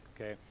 okay